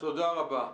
תודה רבה.